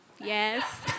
Yes